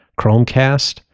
Chromecast